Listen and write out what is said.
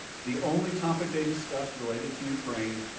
the only topic they discussed related to ukraine,